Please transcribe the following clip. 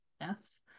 yes